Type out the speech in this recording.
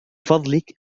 فضلك